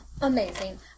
amazing